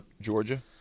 Georgia